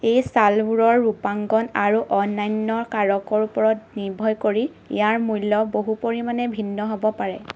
এই শ্বালবোৰৰ ৰূপাঙ্কণ আৰু অন্যান্য কাৰকৰ ওপৰত নিৰ্ভৰ কৰি ইয়াৰ মূল্য বহু পৰিমাণে ভিন্ন হ'ব পাৰে